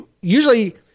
Usually